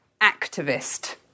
activist